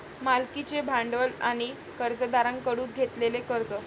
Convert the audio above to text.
मालकीचे भांडवल आणि कर्जदारांकडून घेतलेले कर्ज